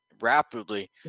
rapidly